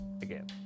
again